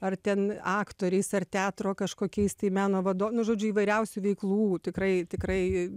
ar ten aktoriais ar teatro kažkokiais tai meno vado nu žodžiu įvairiausių veiklų tikrai tikrai